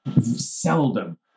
seldom